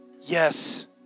yes